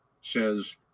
says